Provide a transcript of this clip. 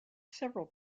several